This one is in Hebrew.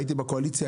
הייתי בקואליציה,